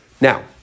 Now